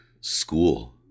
school